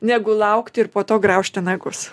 negu laukti ir po to graužti nagus